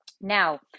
now